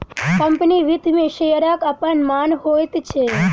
company वित्त मे शेयरक अपन मान होइत छै